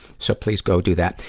so please go do that.